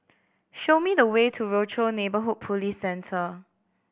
show me the way to Rochor Neighborhood Police Centre